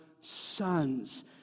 sons